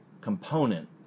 component